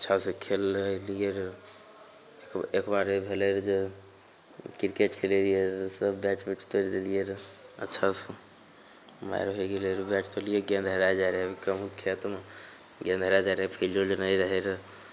अच्छा सँ खेलय अयलियै रऽ एक बार ई भेलय रऽ जे क्रिकेट खेलय रहियै रऽ सब बैट उट तोड़ि देलियै रऽ अच्छा से मारि होइ गेलय रऽ बैट तोड़लियै गेंद हेराय जाइ रहय ओइ गेहूँके खेतमे गेंद हेराय जाइ रहय फील्ड उल्ड नहि रहय रऽ